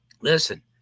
listen